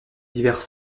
divers